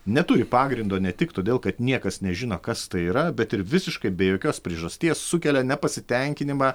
neturi pagrindo ne tik todėl kad niekas nežino kas tai yra bet ir visiškai be jokios priežasties sukelia nepasitenkinimą